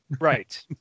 Right